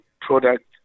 product